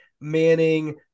Manning